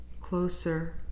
closer